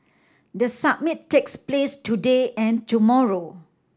the summit takes place today and tomorrow